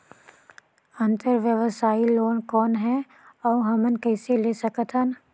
अंतरव्यवसायी लोन कौन हे? अउ हमन कइसे ले सकथन?